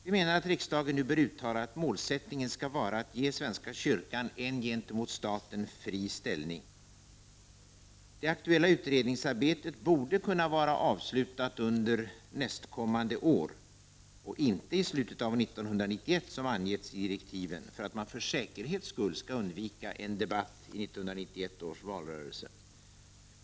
Jag menar att riksdagen nu bör uttala att målsättningen skall vara att ge svenska kyrkan en gentemot staten fri ställning. Det aktuella utredningsarbete borde kunna vara avslutat under nästkommande år och inte i slutet av 1991 som angivits i direktiven för att man för säkerhets skull skall undvika en debatt i 1991 års valrörelse.